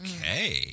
Okay